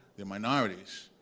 they're minorities.